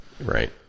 Right